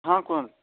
ହଁ କୁହନ୍ତୁ